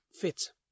fits